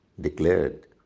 declared